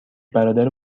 برادر